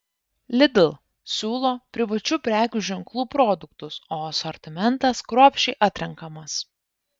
lidl siūlo privačių prekių ženklų produktus o asortimentas kruopščiai atrenkamas